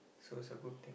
so is a good thing